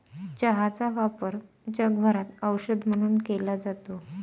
चहाचा वापर जगभरात औषध म्हणून केला जातो